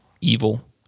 evil